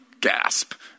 gasp